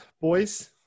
boys